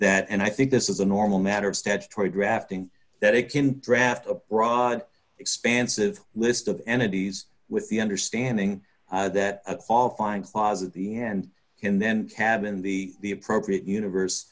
that and i think this is a normal matter of statutory drafting that it can draft a broad expansive list of entities with the understanding that all find closet the end can then cabin the the appropriate universe